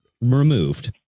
removed